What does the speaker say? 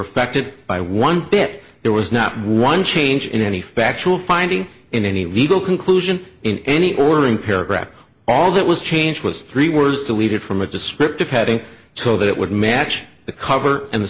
affected by one bit there was not one change in any factual finding in any legal conclusion in any ordering paragraph all that was changed was three words deleted from a descriptive heading so that it would match the cover and the